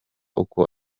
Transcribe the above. uko